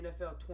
NFL